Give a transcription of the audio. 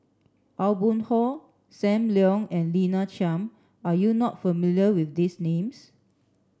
Aw Boon Haw Sam Leong and Lina Chiam are you not familiar with these names